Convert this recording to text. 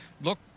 look